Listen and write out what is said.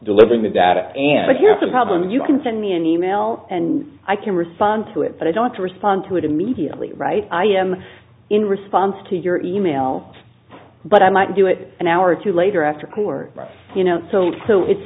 delivering the data but here's the problem you can send me an email and i can respond to it but i don't respond to it immediately right i am in response to your email but i might do it an hour or two later after court you know so so it's